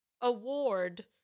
award